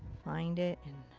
find it and.